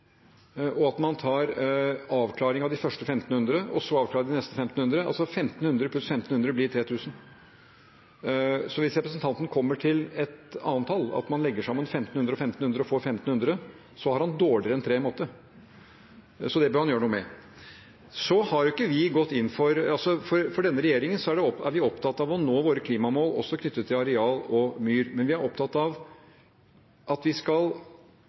og at man tar avklaring av de første 1 500 og så avklarer de neste 1 500. Altså: 1 500 pluss 1 500 blir 3 000. Så hvis representanten kommer til et annet tall, at man legger sammen 1 500 og 1 500 og får 1 500, har han dårligere enn karakteren 3 i matte, så det bør han gjøre noe med. Denne regjeringen er opptatt av å nå sine klimamål også knyttet til areal og myr. Men vi er opptatt av at vi skal